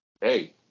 hey